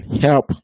help